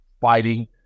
fighting